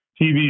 TV